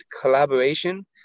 collaboration